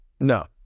No